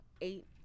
Eight